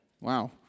Wow